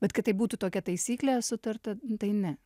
bet kad tai būtų tokia taisyklė sutarta tai ne